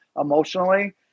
emotionally